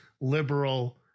liberal